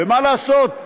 ומה לעשות,